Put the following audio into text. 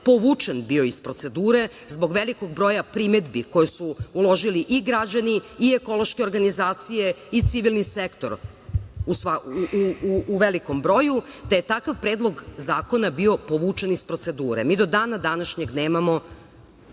povučen bio iz procedure zbog velikog broja primedbi koje su uložili i građani i ekološke organizacije i civilni sektor u velikom broju, te je takav predlog zakona bio povučen iz procedure. Mi do dana današnjeg nemamo